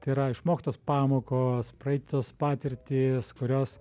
tai yra išmoktos pamokos praeitos patirtys kurios